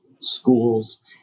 schools